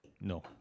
No